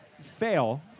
fail